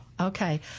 Okay